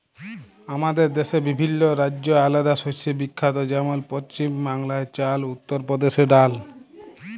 আমাদের দ্যাশে বিভিল্ল্য রাজ্য আলেদা শস্যে বিখ্যাত যেমল পছিম বাংলায় চাল, উত্তর পরদেশে ডাল